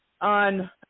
on